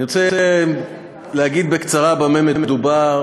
אני רוצה להגיד בקצרה במה מדובר.